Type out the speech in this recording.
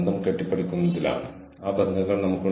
വിവിധ ടീമുകളോട് ഇക്കാര്യം പറഞ്ഞിരുന്നു